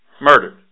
Murdered